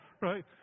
right